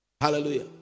Hallelujah